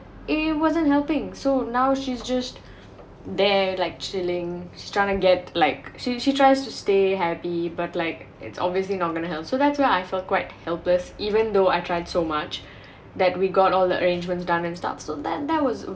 it wasn't helping so now she's just there like chilling trying to get like she she tries to stay happy but like it's obviously not going to help so that's why I felt quite helpless even though I tried so much that we got all the arrangements done and stuff so that that was